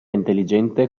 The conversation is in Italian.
intelligente